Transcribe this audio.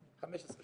אנחנו